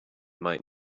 might